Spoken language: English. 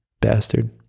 bastard